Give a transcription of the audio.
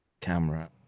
Camera